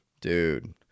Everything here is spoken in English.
dude